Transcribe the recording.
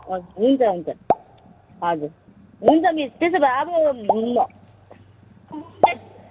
हजुर हुन्छ हुन्छ हजुर हुन्छ मिस त्यसो भए अब ल